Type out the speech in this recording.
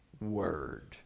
word